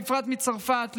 בפרט מצרפת,